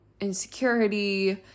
insecurity